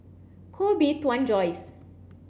Koh Bee Tuan Joyce